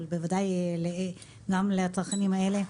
אבל בוודאי גם לצרכנים האלה,